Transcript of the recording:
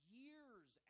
years